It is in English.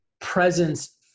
presence